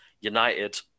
United